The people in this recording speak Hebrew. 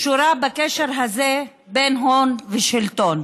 קשורה בקשר הזה בין הון ושלטון,